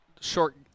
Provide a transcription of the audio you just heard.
short –